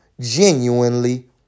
genuinely